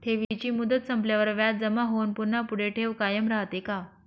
ठेवीची मुदत संपल्यावर व्याज जमा होऊन पुन्हा पुढे ठेव कायम राहते का?